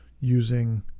using